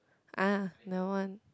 ah don't want